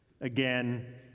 Again